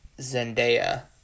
Zendaya